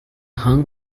hung